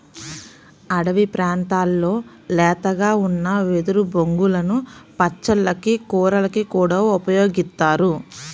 అడివి ప్రాంతాల్లో లేతగా ఉన్న వెదురు బొంగులను పచ్చళ్ళకి, కూరలకి కూడా ఉపయోగిత్తారు